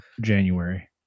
January